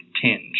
tinge